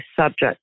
subject